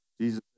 Jesus